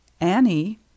Annie